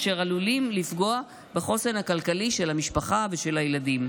אשר עלולים לפגוע בחוסן הכלכלי של המשפחה ושל הילדים.